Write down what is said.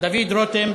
דוד רותם,